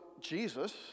Jesus